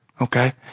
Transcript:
Okay